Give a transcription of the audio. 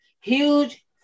huge